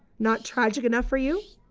not tragic enough for you?